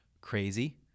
crazy